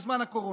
בזמן הקורונה.